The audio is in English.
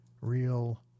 real